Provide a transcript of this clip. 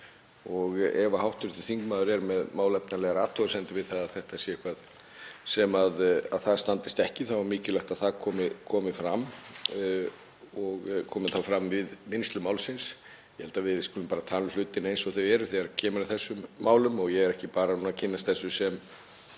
og ef hv. þingmaður er með málefnalegar athugasemdir um að þetta sé eitthvað sem standist ekki þá er mikilvægt að það komi fram og komi þá fram við vinnslu málsins. Ég held að við skulum bara tala um hlutina eins og þeir eru þegar kemur að þessum málum. Ég er ekki bara að kynnast þessu sem